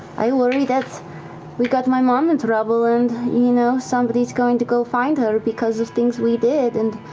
i worry that we got my mom in trouble and, you know, somebody's going to go find her because of things we did and,